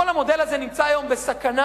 כל המודל הזה נמצא היום בסכנה,